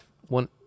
one